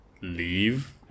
leave